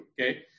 okay